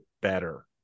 better